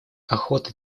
охота